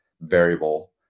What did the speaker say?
variable